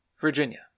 Virginia